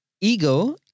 ego